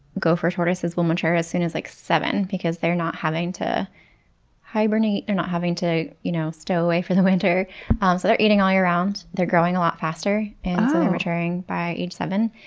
gopher tortoises will mature as soon as like seven, because they're not having to hibernate. they're not having to you know stow away for the winter, um so they're eating all year round. they're growing a lot faster, so they're maturing by age seven.